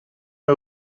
est